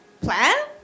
plan